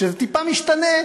וכשזה טיפה משתנה,